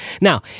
Now